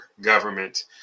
government